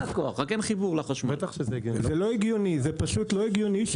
זה פשוט לא הגיוני.